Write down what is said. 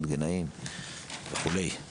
רנטגנאים וכולי.